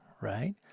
right